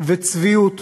וצביעות